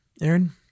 Aaron